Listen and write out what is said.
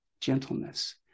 gentleness